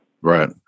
Right